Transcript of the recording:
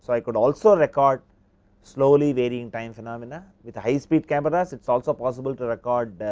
i could also record slowly varying time phenomena, with high speed cameras it is also possible to record